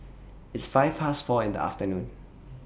its five Past four in The afternoon